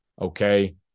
okay